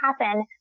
happen